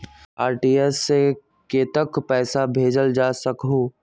RTGS से कतेक पैसा भेजल जा सकहु???